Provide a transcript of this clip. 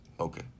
Okay